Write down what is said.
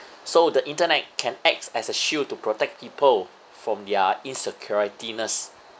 so the internet can acts as a shield to protect people from their insecurity